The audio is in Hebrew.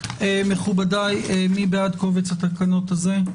מכובדיי, מי בעד קובץ התקנות הזה?